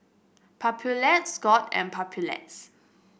Papulex Scott's and Papulex